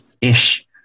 ish